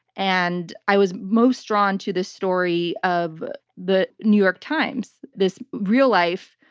and i was most drawn to the story of the new york times. this real-life,